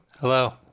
Hello